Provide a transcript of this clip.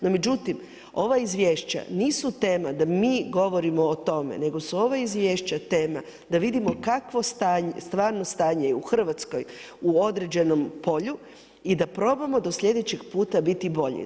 No međutim, ova izvješća nisu tema da mi govorimo o tome, nego su ova izvješća tema da vidimo kakvo stvarno stanje u Hrvatskoj u određenom polju i da probamo do sljedećeg puta biti bolji.